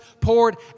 poured